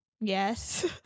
Yes